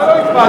מה לא הצבעת?